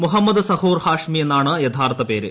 മുഹമ്മദ് സഹൂർ ഹാഷ്മി എന്നാണ് യഥാർത്ഥ പേര്